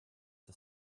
the